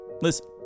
listen